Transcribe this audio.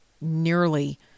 nearly